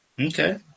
Okay